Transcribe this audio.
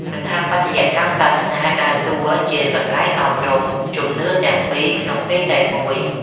ស្ថាបត្យកម្មសាសនាដើរតួជា កន្លែងអប់រំ ជំនឿទាំងពីរក្នុងពេលតែមួយ។